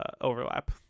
overlap